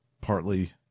partly